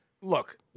Look